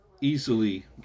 easily